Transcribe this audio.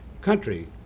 country